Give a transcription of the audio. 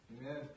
Amen